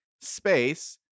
Space